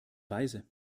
weise